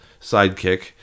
sidekick